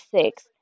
six